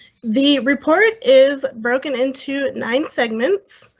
the report is broken into nine segments.